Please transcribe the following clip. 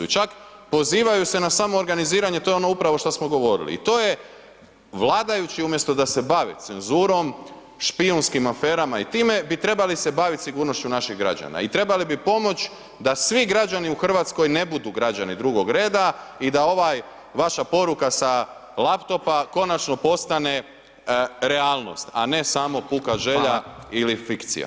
I čak pozivaju se na samoorganiziranje i to je ono upravo što smo govorili i to je vladajući, umjesto da se bavi cenzurom, špijunskim aferama i time, bi trebali se baviti sigurnošću naših građana i trebali bi pomoći, da svi građani u Hrvatskoj, ne budu građani drugog reda i da ova vaša poruka sa laptopa, konačno postane realnost, a ne samo puka želja ili fikcija.